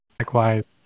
likewise